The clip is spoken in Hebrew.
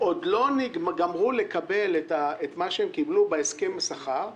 עוד לא גמרו לקבל את מה שהם קיבלו בהסכם השכר,